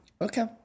Okay